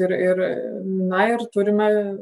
ir ir na ir turime